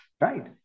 Right